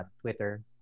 Twitter